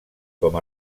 com